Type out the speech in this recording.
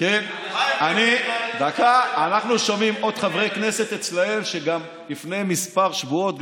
אנחנו שומעים עוד חברי כנסת אצלם שגם לפני כמה שבועות,